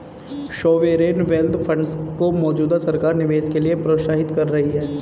sovereign wealth funds को मौजूदा सरकार निवेश के लिए प्रोत्साहित कर रही है